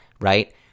right